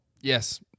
Yes